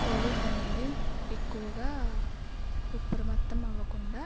Covid అనేది ఎక్కువగా విపరీతం అవ్వకుండా